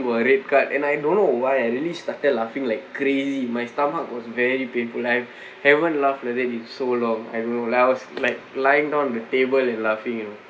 a red card and I don't know why I really started laughing like crazy my stomach was very painful I have haven't laugh like that been so long I don't know laughs like lying down on the table and laughing you know